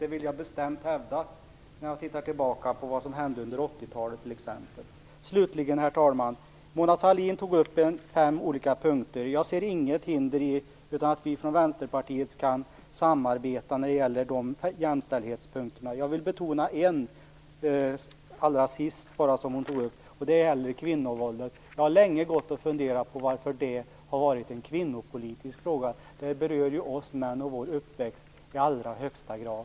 Det vill jag bestämt hävda när jag t.ex. tittar tillbaka på vad som hände under 80-talet. Herr talman! Mona Sahlin tog upp fem olika punkter. Jag ser inget hinder för att vi i Vänsterpartiet skall kunna samarbeta när det gäller de jämställdhetspunkterna. Jag vill till sist betona en av de punkter som ministern tog upp, den gäller kvinnovåldet. Jag har länge funderat på varför det har varit en kvinnopolitisk fråga, det berör ju oss män och vår uppväxt i allra högsta grad.